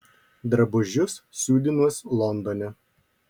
drabužius siūdinuos londone